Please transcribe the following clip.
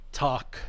talk